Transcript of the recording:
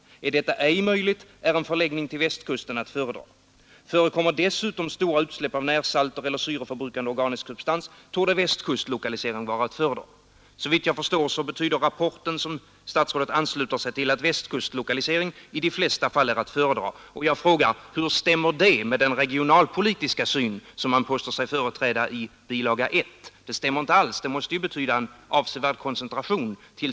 Är detta ej möjligt 175 är en förläggning till Västkusten möjligen att föredra. Förekommer dessutom stora utsläpp av närsalter och/eller syreförbrukande organisk substans torde Västkustlokalisering vara att föredra.” Såvitt jag förstår betyder rapporten som statsrådet ansluter sig till att Västkustlokalisering i de flesta fall är att föredra. Hur stämmer det med den regionalpolitiska syn som man i bilaga 1 påstår sig företräda? Det stämmer inte alls. Det måste betyda en avsevärd koncentration till